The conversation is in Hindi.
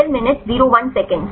ठीक